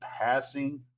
passing